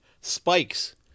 spikes